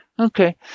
Okay